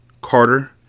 Carter